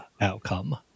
outcome